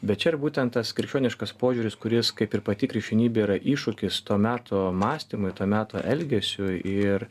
bet čia ir būtent tas krikščioniškas požiūris kuris kaip ir pati krikščionybė yra iššūkis to meto mąstymui to meto elgesiui ir